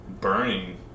burning